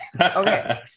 Okay